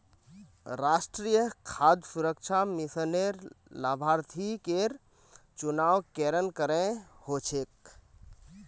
राष्ट्रीय खाद्य सुरक्षा मिशनेर लाभार्थिकेर चुनाव केरन करें हो छेक